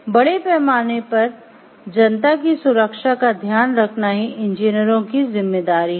बड़े पैमाने पर जनता की सुरक्षा का ध्यान रखना ही इंजीनियरों की जिम्मेदारी है